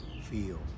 feel